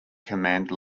command